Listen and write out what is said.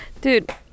Dude